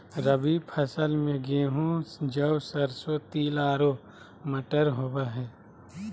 रबी फसल में गेहूं, जौ, सरसों, तिल आरो मटर होबा हइ